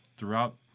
throughout